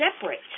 separate